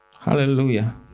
Hallelujah